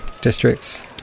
districts